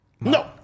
No